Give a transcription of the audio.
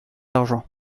argent